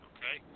Okay